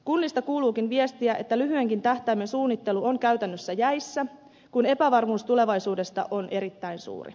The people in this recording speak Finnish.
kunnista kuuluukin viestiä että lyhyenkin tähtäimen suunnittelu on käytännössä jäissä kun epävarmuus tulevaisuudesta on erittäin suuri